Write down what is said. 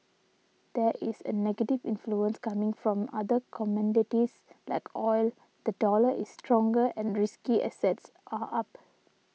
there is a negative influence coming from other commodities like oil the dollar is stronger and risky assets are up